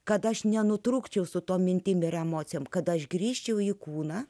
kad aš nenutrūkčiau su tom mintim ir emocijom kad aš grįžčiau į kūną